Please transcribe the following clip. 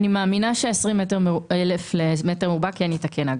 אני מאמינה ש-20 אלף למטר מרובע כן יתקן.